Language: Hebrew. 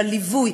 בליווי,